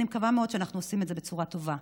אני מקווה מאוד שאנחנו עושים את זה בצורה טובה.